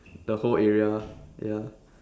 the whole area ah ya